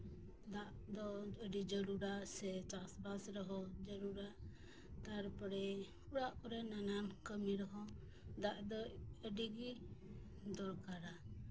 ᱫᱟᱜ ᱫᱚ ᱟᱹᱰᱤ ᱡᱟᱹᱨᱩᱲᱟ ᱥᱮ ᱪᱟᱥᱵᱟᱥ ᱨᱮᱦᱚᱸ ᱡᱟᱹᱨᱩᱲᱟ ᱛᱟᱨᱯᱚᱨᱮ ᱚᱲᱟᱜ ᱠᱚᱨᱮᱜ ᱱᱟᱱᱟᱱ ᱠᱟᱹᱢᱤ ᱨᱮᱦᱚᱸ ᱫᱟᱜ ᱫᱚ ᱟᱹᱰᱤ ᱜᱮ ᱫᱚᱨᱠᱟᱨᱟ